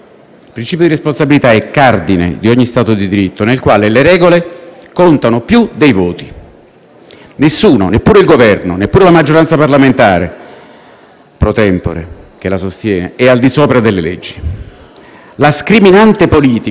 Nessuno, neppure il Governo, neppure la maggioranza parlamentare *pro tempore* che lo sostiene, è al di sopra delle leggi. La scriminante politica è volta a difendere la funzione ministeriale in relazione a un interesse pubblico concreto, specifico,